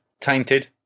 Tainted